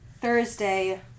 Thursday